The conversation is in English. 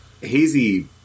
hazy